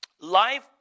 Life